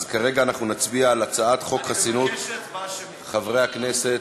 כרגע נצביע על הצעת חוק חסינות חברי הכנסת,